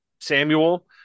Samuel